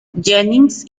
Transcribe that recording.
jennings